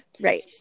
right